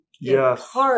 Yes